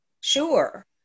Sure